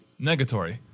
negatory